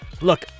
look